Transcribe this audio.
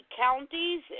counties